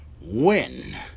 win